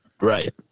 Right